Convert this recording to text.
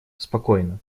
спокойно